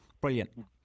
Brilliant